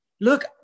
Look